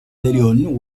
rebellion